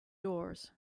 doors